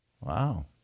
Wow